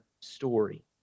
story